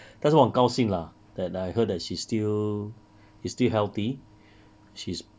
但是我很高兴 lah that I heard that she still she's still healthy she's